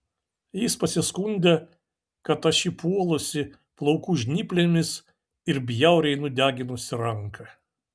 jis pasiskundė kad aš jį puolusi plaukų žnyplėmis ir bjauriai nudeginusi ranką